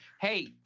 Hey